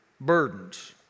burdens